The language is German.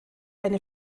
eine